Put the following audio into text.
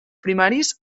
primaris